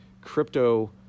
crypto